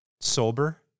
sober